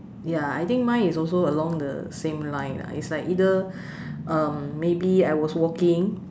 ya I think mine is also along the same line lah it's like either um maybe I was walking